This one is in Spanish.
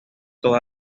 toda